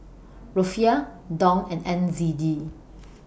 Rufiyaa Dong and N Z D